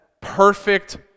perfect